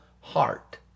heart